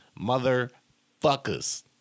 motherfuckers